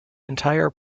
entire